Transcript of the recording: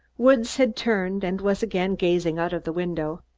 woods had turned and was again gazing out of the window.